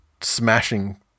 smashing